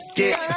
get